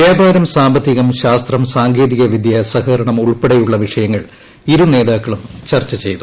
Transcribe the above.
വ്യാപാരം സാമ്പത്തികം ശാസ്ത്രം സാങ്കേതികവിദ്യൂ സഹകരണം ഉൾപ്പെടെയുള്ള വിഷയങ്ങൾ ഇരുനേത്രാക്കളും ചർച്ച ചെയ്തു